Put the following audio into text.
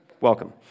welcome